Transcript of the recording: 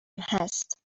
هست